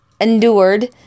endured